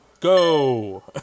go